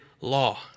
law